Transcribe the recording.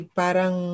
parang